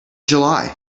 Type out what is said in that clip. july